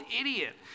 idiot